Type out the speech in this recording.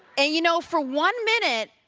and, you know, for one minute,